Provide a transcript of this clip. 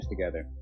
together